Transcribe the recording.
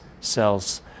cells